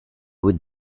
would